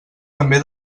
també